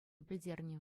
пӗлтернӗ